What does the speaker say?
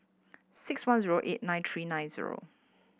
six one zero eight nine three nine zero